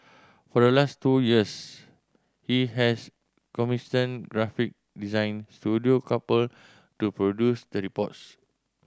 for the last two years he has commissioned graphic design studio Couple to produce the reports